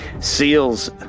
Seals